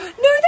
No